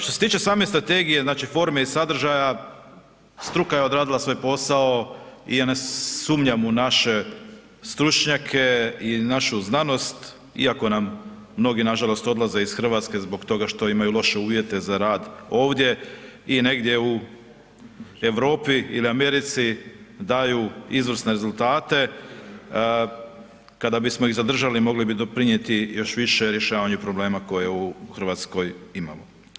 Što se tiče same Strategije, znači forme i sadržaja, struka je odradila svoj posao i ja ne sumnjam u naše stručnjake, i u našu znanost, iako nam mnogi nažalost odlaze iz Hrvatske zbog toga što imaju loše uvjete za rad ovdje i negdje u Europi ili Americi daju izvrsne rezultate, kada bismo ih zadržali mogli bi doprinijeti još više rješavanju problema koje u Hrvatskoj imamo.